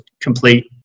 complete